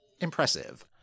impressive